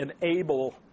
enable